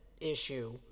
issue